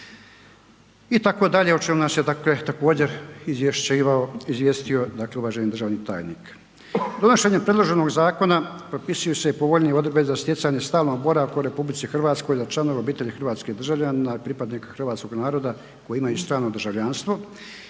nas je dakle, također izvješćivao, izvijestio, dakle uvaženi državni tajnik. Donošenjem predloženog zakona propisuju se i povoljnije odredbe za stjecanje stalnog boravka u RH za članove obitelji hrvatskog državljanina, pripadnika hrvatskog naroda koji imaju stalno državljanstvo